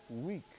week